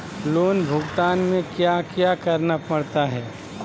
loan भुगतान में क्या क्या करना पड़ता है